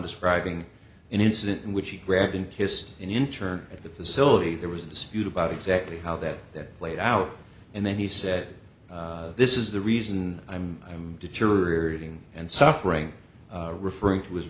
describing an incident in which he read and kissed an intern at the facility there was a dispute about exactly how that that played out and then he said this is the reason i'm deteriorating and suffering referring to